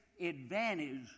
advantage